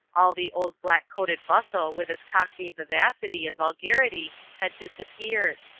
all the old blackcoated bustle with its cockney vivacity and vulgarity had disappeared.